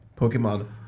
Pokemon